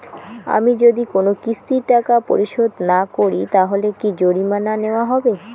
আমি যদি কোন কিস্তির টাকা পরিশোধ না করি তাহলে কি জরিমানা নেওয়া হবে?